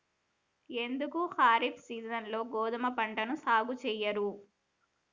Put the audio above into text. ఎందుకు ఖరీఫ్ సీజన్లో గోధుమ పంటను సాగు చెయ్యరు?